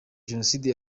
jenoside